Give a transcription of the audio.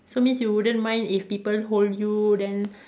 so means you wouldn't mind if people hold you then